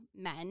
men